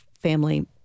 family